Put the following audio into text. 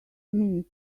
minute